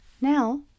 Now